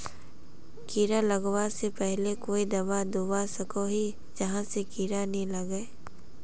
कीड़ा लगवा से पहले कोई दाबा दुबा सकोहो ही जहा से कीड़ा नी लागे?